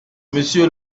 monsieur